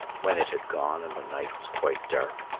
when it had gone and the night was quite dark,